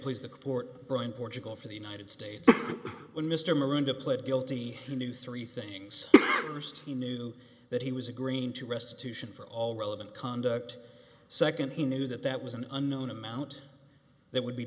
please the court brian portugal for the united states when mr miranda pled guilty you knew three things first he knew that he was a green to restitution for all relevant conduct second he knew that that was an unknown amount that would be